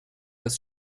ist